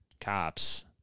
cops